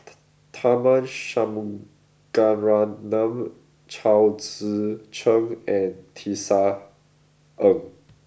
Tharman Shanmugaratnam Chao Tzee Cheng and Tisa Ng